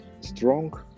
strong